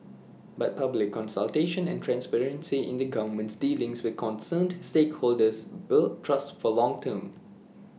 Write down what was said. but public consultation and transparency in the government's dealings with concerned stakeholders build trust for the long term